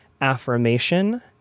affirmation